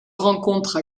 rencontre